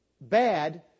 bad